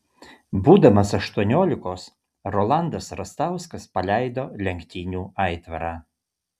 būdamas aštuoniolikos rolandas rastauskas paleido lenktynių aitvarą